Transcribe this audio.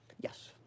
Yes